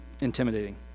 intimidating